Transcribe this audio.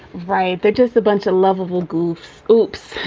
right they're just a bunch of lovable goof. oops,